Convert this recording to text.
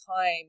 time